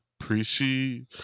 appreciate